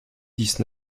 dix